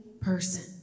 person